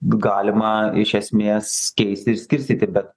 galima iš esmės keisti ir skirstyti bet